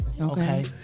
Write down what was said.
okay